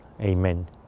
amen